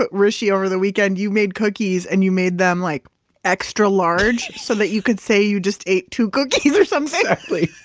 but hrishi, over the weekend. you made cookies and you made them like extra large so that you could say you just ate two cookies or something exactly.